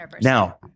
Now